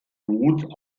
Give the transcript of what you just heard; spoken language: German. roth